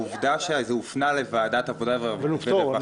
העובדה שזה הופנה לוועדת העבודה והרווחה